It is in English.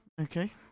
Okay